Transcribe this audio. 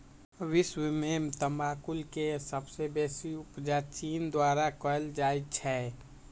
विश्व में तमाकुल के सबसे बेसी उपजा चीन द्वारा कयल जाइ छै